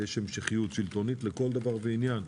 שיש המשכיות שלטונית לכל דבר ועניין.